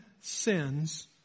sins